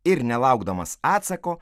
ir nelaukdamas atsako